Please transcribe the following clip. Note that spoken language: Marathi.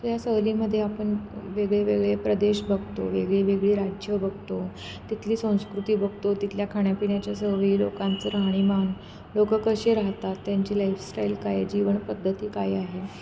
या सहलीमध्ये आपण वेगळेवेगळे प्रदेश बघतो वेगळीवेगळी राज्यं बघतो तिथली संस्कृती बघतो तिथल्या खाण्यापिण्याच्या सवयी लोकांचं राहणीमान लोक कसे राहतात त्यांची लाईफस्टाईल काय आहे जीवनपद्धती काय आहे